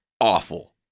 awful